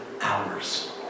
hours